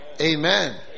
Amen